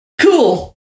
Cool